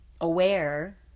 aware